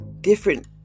different